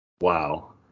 wow